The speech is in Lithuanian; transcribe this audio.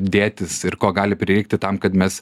dėtis ir ko gali prireikti tam kad mes